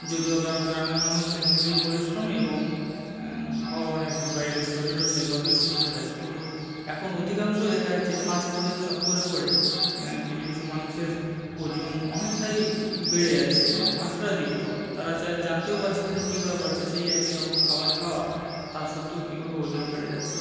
যদিও কারণ গ্রামের মানুষ এমনিতেই পরিশ্রমী এবং ভগবানের কৃপায় এদের শরীরও সেইভাবেই সুস্থ থাকে কিন্তু এখন অধিকাংশই দেখা যাচ্ছে ফাস্টফুডের চক্করে পড়ে কিছু কিছু মানুষের ওজন অনেকটাই বেড়ে যাচ্ছে মানে মাত্রাতিরিক্ত তারা চা জানতেও পারছে না যে কীভাবে বাড়ছে সেই একই রকম খাবার খাওয়া তা সত্ত্বেও কীভাবে ওজন বেড়ে যাচ্ছে